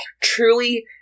truly